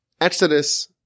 exodus